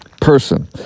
person